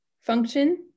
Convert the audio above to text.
function